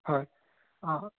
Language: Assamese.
হয় অঁ